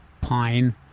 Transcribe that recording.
pine